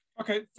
Okay